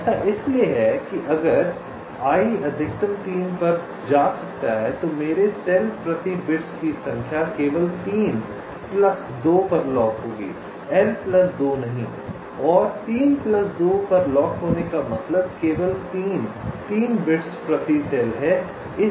ऐसा इसलिए है कि अगर I अधिकतम 3 पर जा सकता है तो मेरे सेल प्रति बिट्स की संख्या केवल 3 प्लस 2 पर लॉक होगी एल प्लस 2 नहीं और 3 प्लस 2 पर लॉक होने का मतलब केवल 3 3 बिट्स प्रति सेल है